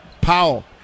Powell